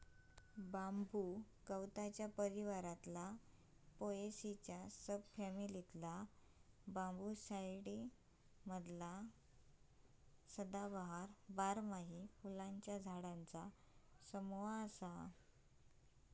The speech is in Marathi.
बांबू गवताच्या परिवारातला पोएसीच्या सब फॅमिलीतला बांबूसाईडी मधला सदाबहार, बारमाही फुलांच्या झाडांचा समूह असा